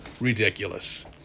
ridiculous